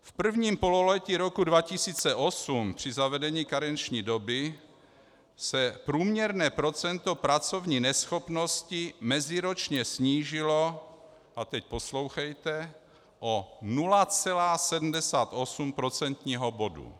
V prvním pololetí roku 2008 při zavedení karenční doby se průměrné procento pracovní neschopnosti meziroční snížilo, a teď poslouchejte, o 0,78 procentního bodu.